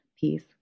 peace